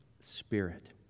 spirit